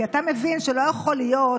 כי אתה מבין שלא יכול להיות